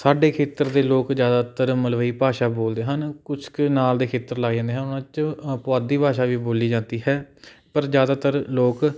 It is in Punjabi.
ਸਾਡੇ ਖੇਤਰ ਦੇ ਲੋਕ ਜ਼ਿਆਦਾਤਰ ਮਲਵਈ ਭਾਸ਼ਾ ਬੋਲਦੇ ਹਨ ਕੁਛ ਕੁ ਨਾਲ ਦੇ ਖੇਤਰ ਲੱਗ ਜਾਂਦੇ ਹਨ ਉਨ੍ਹਾਂ 'ਚ ਪੁਆਧੀ ਭਾਸ਼ਾ ਵੀ ਬੋਲੀ ਜਾਂਦੀ ਹੈ ਪਰ ਜ਼ਿਆਦਾਤਰ ਲੋਕ